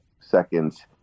seconds